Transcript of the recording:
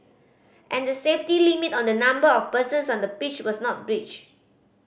and the safety limit on the number of persons on the pitch was not breached